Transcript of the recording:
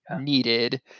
needed